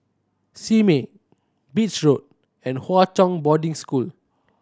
Simei Beach Road and Hwa Chong Boarding School